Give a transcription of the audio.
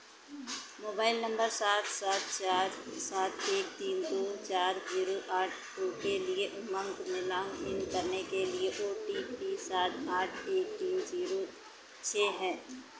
mobile number सात सात चार सात एक तीन दो चार जीरो आठ दो के लिए उमंग में लौंग इन करने के लिए ओ टी पी सात आठ एक तीन जीरो छः है